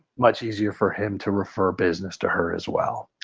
much easier for him to refer business to her as well.